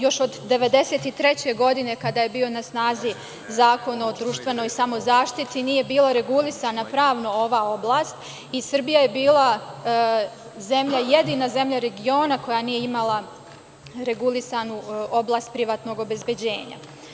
Još od 1993. godine, kada je bio na snazi Zakon o društvenoj samozaštiti, nije bila regulisana pravno ova oblast i Srbija je bila zemlja, jedina zemlja regiona, koja nije imala regulisanu oblast privatnog obezbeđenja.